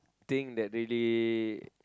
thing that really